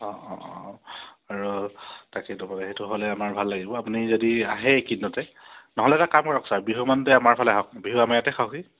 অঁ অঁ অঁ অঁ আৰু তাকেইটো সেইটো হ'লে আমাৰ ভাল লাগিব আপুনি যদি আহে এইকেইদিনতে নহ'লে এটা কাম কৰক ছাৰ বিহু মানতে আমাৰফালে বিহু আমাৰ ইয়াতে খাওকহি